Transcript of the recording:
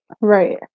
Right